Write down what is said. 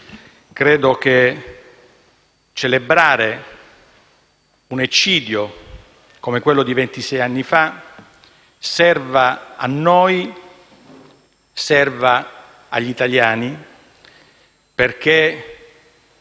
credo che celebrare un eccidio come quello di ventisei anni fa serva a noi, serva agli italiani perché